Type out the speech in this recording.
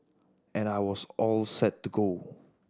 and I was all set to go